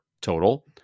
total